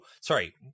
sorry